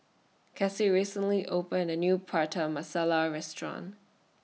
Kasie recently opened A New Prata Masala Restaurant